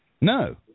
No